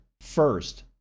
First